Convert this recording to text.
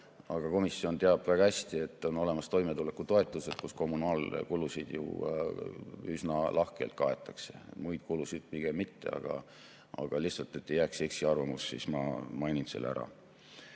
Aga komisjon teab väga hästi, et on olemas toimetulekutoetused, kust kommunaalkulusid ju üsna lahkelt kaetakse, muid kulusid pigem mitte. Aga lihtsalt, et ei jääks eksiarvamust, siis ma mainin selle ära.